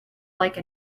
like